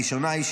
הראשונה היא,